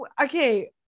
okay